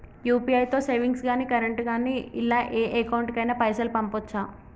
UPI తో savings గాని current గాని ఇలా ఏ అకౌంట్ కైనా పైసల్ పంపొచ్చా?